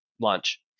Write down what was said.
launch